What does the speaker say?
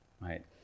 right